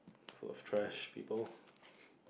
full of trash people